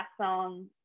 song